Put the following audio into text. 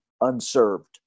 unserved